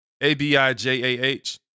A-B-I-J-A-H